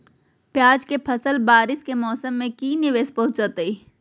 प्याज के फसल बारिस के मौसम में की निवेस पहुचैताई?